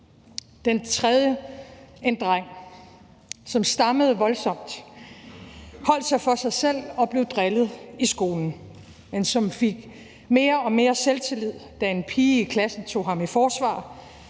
den tredje er om en dreng, som stammede voldsomt, holdt sig for sig selv og blev drillet i skolen, men som fik mere og mere selvtillid, da en pige i klassen tog ham i forsvar,